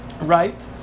right